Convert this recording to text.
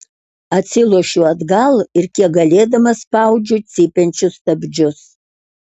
atsilošiu atgal ir kiek galėdama spaudžiu cypiančius stabdžius